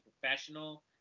professional